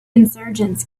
insurgents